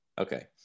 okay